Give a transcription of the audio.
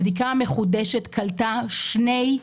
הבדיקה המחודשת קלטה שני,